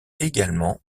également